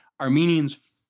armenians